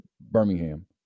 Birmingham